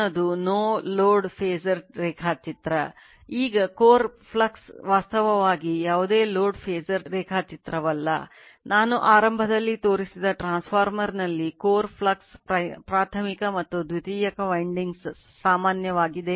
ಆದ್ದರಿಂದ ಇದು ವಾಸ್ತವವಾಗಿ 2 ಆಂಪಿಯರ್ ಆದ್ದರಿಂದ ತುಂಬಾ ಸರಳವಾಗಿದೆ